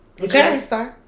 Okay